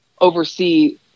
oversee